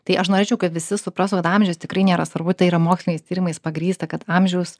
tai aš norėčiau kad visi suprastų kad amžius tikrai nėra svarbu tai yra moksliniais tyrimais pagrįsta kad amžiaus